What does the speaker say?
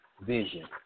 vision